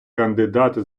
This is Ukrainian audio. кандидати